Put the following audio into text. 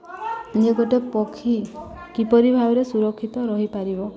ଯେ ଗୋଟେ ପକ୍ଷୀ କିପରି ଭାବରେ ସୁରକ୍ଷିତ ରହିପାରିବ